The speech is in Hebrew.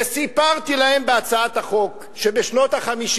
וסיפרתי להם בהצעת החוק שבשנות ה-50